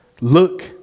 look